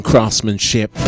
craftsmanship